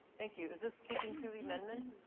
thank you. is this speaking to the amendment?